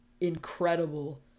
incredible